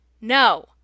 no